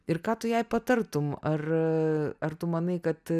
ir ką tu jai patartum ar ar tu manai kad